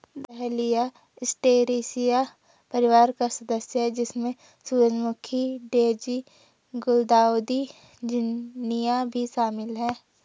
dahlia Asteraceae परिवार का सदस्य है, जिसमें सूरजमुखी, डेज़ी, गुलदाउदी, झिननिया भी शामिल है